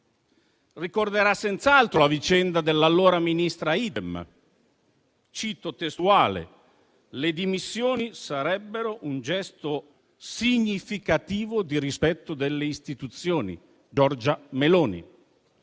Ricorderà senz'altro la vicenda dell'allora ministra Idem. Cito testualmente: "le dimissioni sarebbero un gesto significativo di rispetto delle istituzioni" (Giorgia Meloni);